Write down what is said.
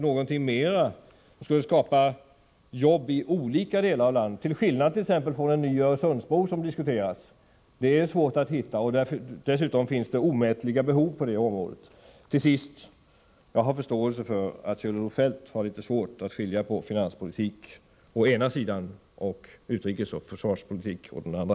Någonting mera som skulle skapa jobb i olika delar av landet — till skillnad från t.ex. en ny Öresundsbro, som diskuteras — är svårt att hitta. Dessutom finns det omätliga behov på det området. Till sist: Jag har förståelse för att Kjell-Olof Feldt har litet svårt att skilja på finanspolitik å ena sidan och utrikesoch försvarspolitik å den andra.